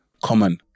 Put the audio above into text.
Common